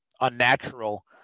unnatural